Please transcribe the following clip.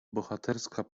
bohaterska